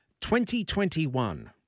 2021